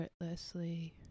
effortlessly